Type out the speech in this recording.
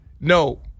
No